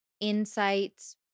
insights